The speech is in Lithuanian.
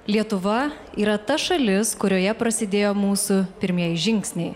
lietuva yra ta šalis kurioje prasidėjo mūsų pirmieji žingsniai